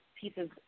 pieces